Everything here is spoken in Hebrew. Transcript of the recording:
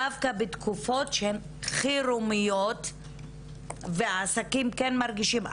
דווקא בתקופות שהן חירומיות והעסקים כן מרגישים?